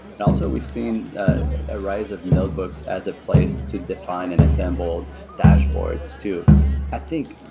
and also, we've seen a rise of notebooks as a place to define and assemble dashboards too i think,